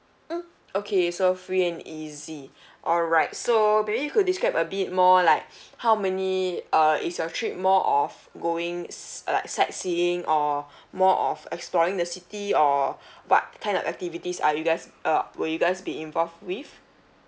mm okay so free and easy alright so uh maybe you could describe a bit more like how many uh is your trip more of going like sightseeing or more of exploring the city or what kind of activities are you guys uh will you guys be involved with